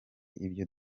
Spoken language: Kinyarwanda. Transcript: ibyo